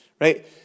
Right